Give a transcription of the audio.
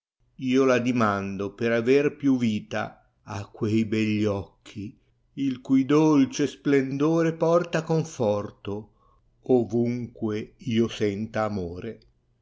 io la dimando per aver più vita a quei begli occhi il cui dolce splendore porta conforto ovunque io senta amore